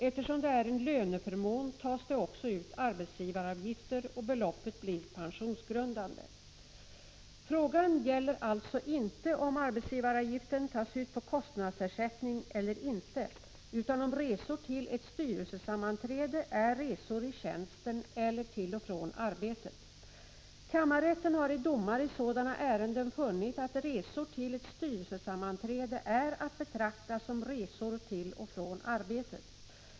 Eftersom det är en löneförmån tas det också ut arbetsgivaravgifter och beloppet blir pensionsgrundande. Frågan gäller alltså inte om arbetsgivaravgiften tas ut på kostnadsersättning eller inte utan om resor till ett styrelsesammanträde är resor i tjänsten eller till och från arbetet. Kammarrätten har i domar i sådana ärenden funnit att resor till ett styrelsesammanträde är att betrakta som resor till och från arbetet.